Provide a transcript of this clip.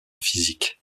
physique